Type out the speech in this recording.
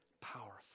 powerful